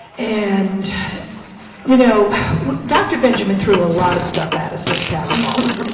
and you know dr. benjamin through a a lot of stuff at us this past fall.